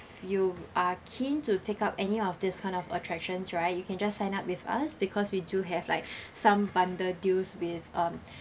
you are keen to take up any of this kind of attractions right you can just sign up with us because we do have like some bundle deals with um